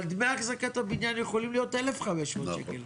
אבל דמי אחזקת הבניין יכולים להיות 1,500 שקלים.